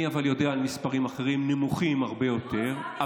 אבל אני יודע על מספרים אחרים, נמוכים הרבה יותר.